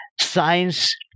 Science